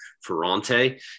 Ferrante